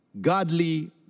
godly